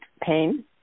pain